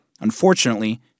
Unfortunately